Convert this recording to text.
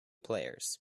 players